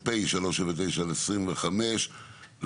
פ/379/25,